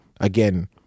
again